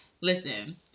Listen